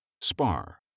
Spar